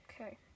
Okay